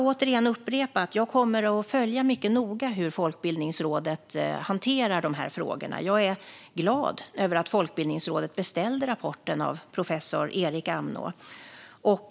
Låt mig upprepa att jag noga kommer att följa hur Folkbildningsrådet hanterar dessa frågor. Jag är glad över att Folkbildningsrådet beställde rapporten av professor Erik Amnå.